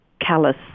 callous